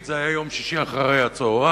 זה היה יום שישי אחרי הצהריים,